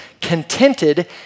contented